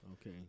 Okay